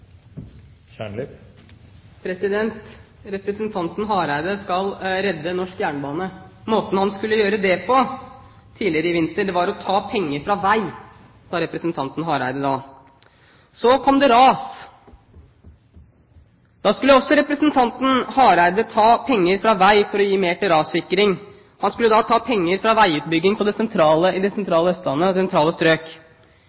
Representanten Hareide skal redde norsk jernbane. Måten han skulle gjøre det på tidligere i vinter, var å ta penger fra vei. Det sa representanten Hareide da. Så kom det ras. Da skulle representanten Hareide også ta penger fra vei for å gi mer til rassikring. Han skulle da ta penger fra veiutbygging i det sentrale Østlandet, i